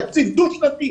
תקציב דו שנתי,